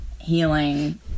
healing